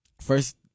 first